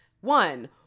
One